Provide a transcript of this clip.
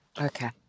Okay